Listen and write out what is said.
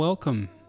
Welcome